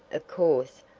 of course,